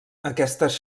aquestes